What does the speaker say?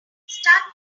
start